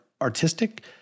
artistic